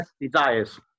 desires